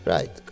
Right